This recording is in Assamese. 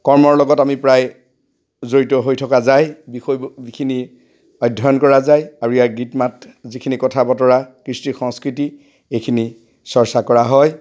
কৰ্মৰ লগত আমি প্ৰায় জড়িত হৈ থকা যায় বিষয়খিনি অধ্যয়ন কৰা যায় আৰু ইয়াৰ গীত মাত যিখিনি কথা বতৰা কৃষ্টি সংস্কৃতি এইখিনি চৰ্চা কৰা হয়